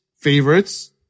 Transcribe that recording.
favorites